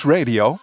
Radio